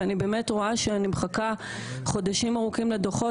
ואני באמת רואה שאני מחכה חודשים ארוכים לדוחות